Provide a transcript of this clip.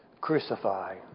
Crucify